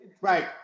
Right